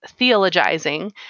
theologizing